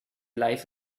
life